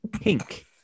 Pink